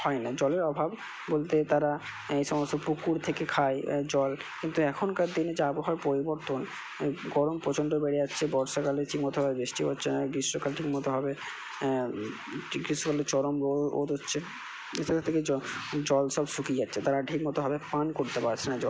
হয় না জলের অভাব বলতে তারা এই সমস্ত পুকুর থেকে খায় জল কিন্তু এখনকার দিনে যে আবহাওয়ার পরিবর্তন গরম প্রচণ্ড বেড়ে যাচ্ছে বৰ্ষাকালে ঠিকমতোভাবে বৃষ্টি হচ্ছে না গ্রীষ্মকালে ঠিকমতোভাবে গ্রীষ্মকালে চরম রোদ হচ্ছে এসবের থেকে জল সব শুকিয়ে যাচ্ছে তারা ঠিকমতোভাবে পান করতে পারছে না জল